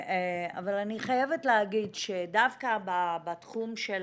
אבל אני חייבת להגיד שדווקא בתחום של